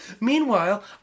Meanwhile